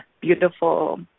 beautiful